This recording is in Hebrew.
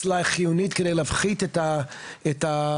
הצללה חיונית כדי להפחית את התחלואה.